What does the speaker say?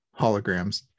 holograms